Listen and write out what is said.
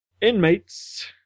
inmates